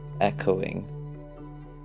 echoing